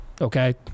Okay